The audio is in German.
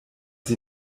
sie